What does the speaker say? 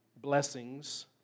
blessings